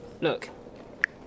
look